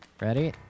Ready